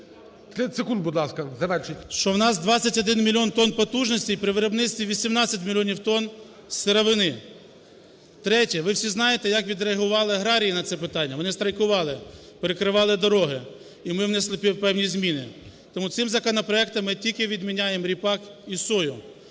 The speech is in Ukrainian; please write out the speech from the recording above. у нас 21 мільйон тонн потужностей при виробництві 18 мільйонів тонн сировини. Третє. Ви всі знаєте, як відреагували аграрії на це питання, вони страйкували, перекривали дороги і ми внесли певні зміни. Тому цим законопроектом ми тільки відміняємо ріпак і сою.